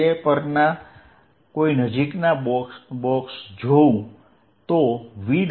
તે પરના કોઈ નજીકના બોક્સ જોઉં તો v